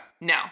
No